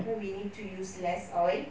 then we need to use less oil